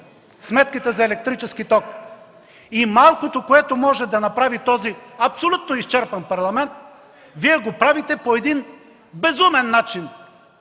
сметките за електрически ток. И малкото, което трябваше да направи този абсолютно изчерпан Парламент, Вие го правите по безумен начин